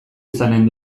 izanen